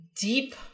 deep